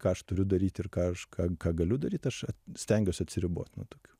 ką aš turiu daryti ir ką aš ką ką galiu daryt aš stengiuosi atsiribot nuo tokių